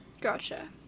Gotcha